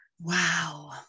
Wow